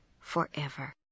forever